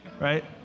right